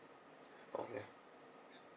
alright